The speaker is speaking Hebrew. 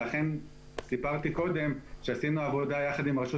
ולכן סיפרתי קודם שעשינו עבודה יחד עם רשות